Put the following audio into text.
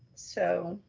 so